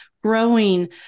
growing